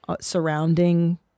surrounding